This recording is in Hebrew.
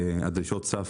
דרישות סף